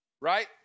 right